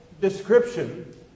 description